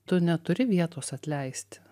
tu neturi vietos atleisti